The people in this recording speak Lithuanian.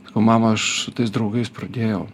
sakau mama aš su tais draugais pradėjau